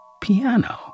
piano